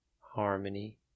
Harmony